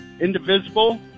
indivisible